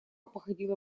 походила